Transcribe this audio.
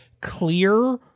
clear